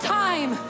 time